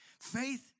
Faith